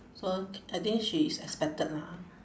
so I think she is expected lah